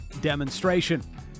demonstration